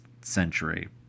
century